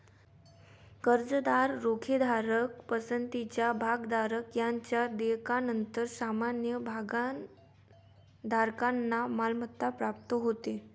कर्जदार, रोखेधारक, पसंतीचे भागधारक यांच्या देयकानंतर सामान्य भागधारकांना मालमत्ता प्राप्त होते